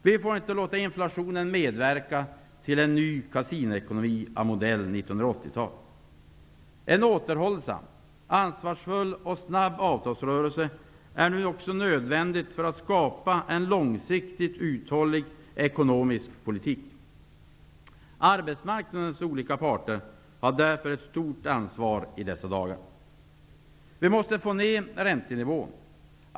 Vi får inte låta inflationen medverka till en ny kasinoekonomi av 1980-talets modell. En återhållsam, ansvarsfull och snabb avtalsrörelse är nu nödvändig för att skapa en långsiktigt uthållig ekonomisk politik. Arbetsmarknadens parter har därför ett stort ansvar i dessa dagar. Vi måste få ned räntenivån.